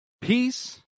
peace